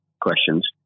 questions